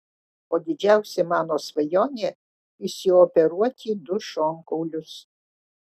o didžiausia mano svajonė išsioperuoti du šonkaulius